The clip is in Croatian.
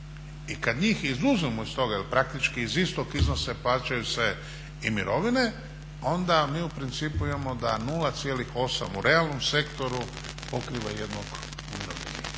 i kad njih i izuzmemo iz toga, jer praktički iz istog iznosa plaćaju se i mirovine, onda mi u principu imamo da 0,8 u realnom sektoru pokriva jednog umirovljenika.